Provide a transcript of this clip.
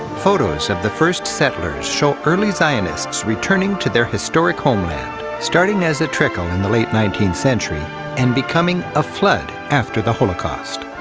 photos of the first settlers show early zionists returning to their historic homeland, starting as a trickle in the late nineteenth century and becoming a flood after the holocaust.